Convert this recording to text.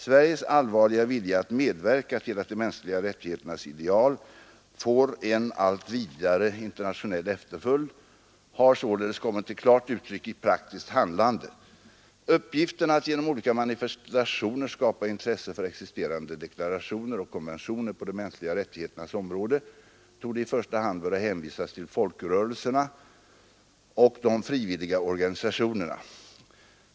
Sveriges allvarliga vilja att medverka till att de mänskliga rättigheternas ideal får en allt vidare internationell efterföljd har sålunda kommit till klart uttryck i praktiskt handlande. Uppgiften att genom olika manifestationer skapa intresse för existerande deklarationer och konventioner på de mänskliga rättigheternas område torde i första hand böra hänvisas till folkrörelserna och de frivilliga organisationerna.